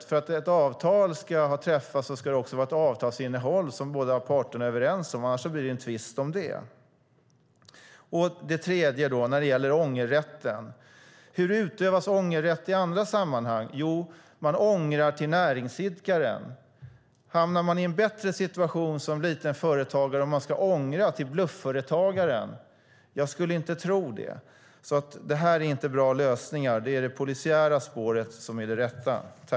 För att ett avtal ska ha träffats ska det också vara ett avtalsinnehåll som båda parter är överens om. Annars blir det en tvist om det. Det tredje fallet gäller ångerrätten. Hur utövas ångerrätt i andra sammanhang? Jo, man ångrar till näringsidkaren. Hamnar man i en bättre situation som småföretagare om man ska ångra till blufföretagaren? Jag skulle inte tro det. Det är inte bra lösningar. Det är det polisiära spåret som är det rätta.